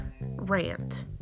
rant